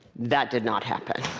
that did not happen.